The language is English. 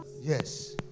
Yes